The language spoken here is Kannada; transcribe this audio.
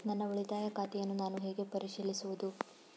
ನನ್ನ ಉಳಿತಾಯ ಖಾತೆಯನ್ನು ನಾನು ಹೇಗೆ ಪರಿಶೀಲಿಸುವುದು?